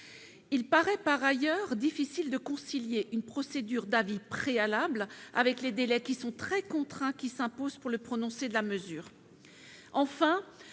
il paraît difficile de concilier une procédure d'avis préalable avec les délais très contraints qui s'imposent pour le prononcé de la mesure.